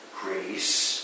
Grace